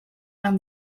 vingt